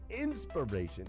inspiration